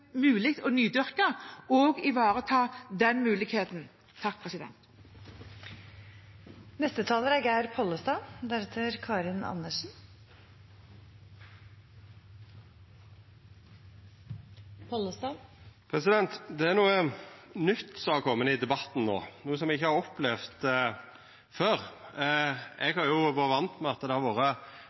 mulig å nydyrke, for også å ivareta den muligheten. Det er noko nytt som har kome inn i debatten no, noko eg ikkje har opplevd før. Eg har vore van med at Senterpartiet og Kristeleg Folkeparti har